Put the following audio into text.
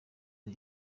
ati